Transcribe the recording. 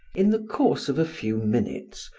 in the course of a few minutes,